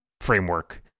framework